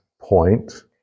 point